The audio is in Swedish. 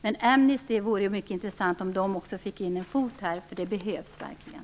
Det vore mycket intressant om också Amnesty fick in en fot här, för det behövs verkligen.